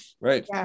right